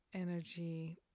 energy